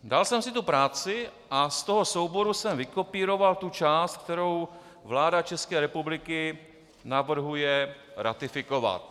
Dal jsem si tu práci a z toho souboru jsem vykopíroval tu část, kterou vláda České republiky navrhuje ratifikovat.